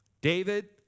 David